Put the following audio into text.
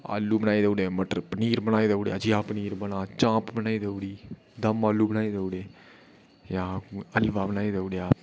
आलू बनाई देई ओड़ेआ मटर पनीर बनाई देई ओड़ेआ जी हा पनीर चांप बनाई देई ओड़ी दम्म आलू बनाई देई ओड़े जां हल्वा बनाई देई ओड़ेआ